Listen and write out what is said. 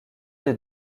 des